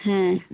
হ্যাঁ